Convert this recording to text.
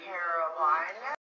Carolina